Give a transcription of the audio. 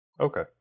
okay